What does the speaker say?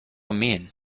mean